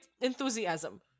enthusiasm